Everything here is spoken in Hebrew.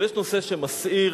אבל יש נושא שמסעיר